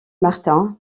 martin